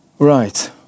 Right